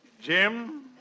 Jim